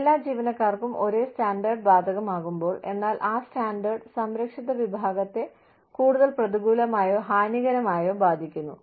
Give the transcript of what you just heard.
എല്ലാ ജീവനക്കാർക്കും ഒരേ സ്റ്റാൻഡേർഡ് ബാധകമാകുമ്പോൾ എന്നാൽ ആ സ്റ്റാൻഡേർഡ് സംരക്ഷിത വിഭാഗത്തെ കൂടുതൽ പ്രതികൂലമായോ ഹാനികരമായോ ബാധിക്കുന്നു